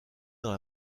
dans